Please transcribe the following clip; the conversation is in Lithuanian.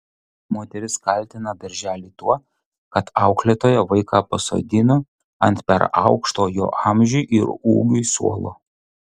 moteris kaltina darželį tuo kad auklėtoja vaiką pasodino ant per aukšto jo amžiui ir ūgiui suolo